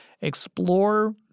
explore